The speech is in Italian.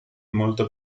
molto